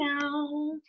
now